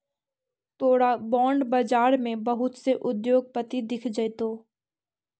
तोरा बॉन्ड बाजार में बहुत से उद्योगपति दिख जतो